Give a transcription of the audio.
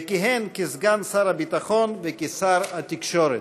וכיהן כסגן שר הביטחון וכשר התקשורת.